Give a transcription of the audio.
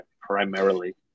primarily